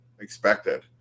expected